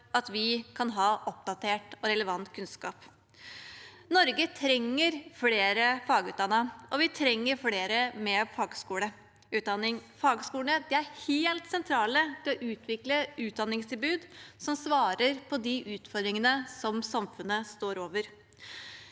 at vi kan ha oppdatert og relevant kunnskap. Norge trenger flere fagutdannede, og vi trenger flere med fagskoleutdanning. Fagskolene er helt sentrale i å utvikle utdanningstilbud som svarer på de utfordringene samfunnet står overfor.